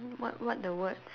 what what the words